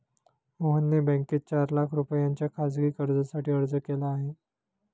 मोहनने बँकेत चार लाख रुपयांच्या खासगी कर्जासाठी अर्ज केला आहे